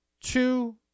two